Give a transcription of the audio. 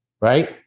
right